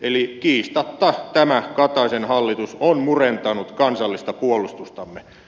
eli kiistatta tämä kataisen hallitus on murentanut kansallista puolustustamme